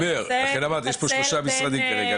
אני אומר, יש פה שלושה משרדים כרגע.